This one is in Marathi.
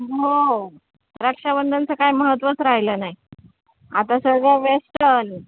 हो रक्षाबंधनचं काही महत्त्वच राहिलं नाही आता सगळं वेस्टर्न